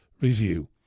review